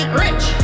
rich